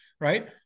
right